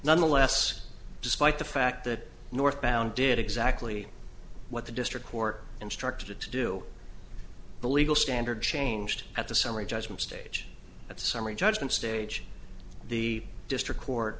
nonetheless despite the fact that northbound did exactly what the district court instructed to do the legal standard changed at the summary judgment stage at summary judgment stage the district court